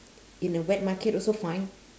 in the wet market also fine